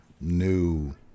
new